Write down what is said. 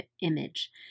image